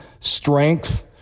Strength